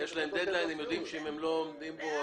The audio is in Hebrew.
יש להם דד ליין והם יודעים שאם הם לא עומדים בו